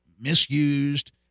misused